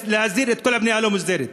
להסדיר את כל הבנייה הלא-מוסדרת.